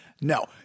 No